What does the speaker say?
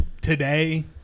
today